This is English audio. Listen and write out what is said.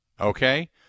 okay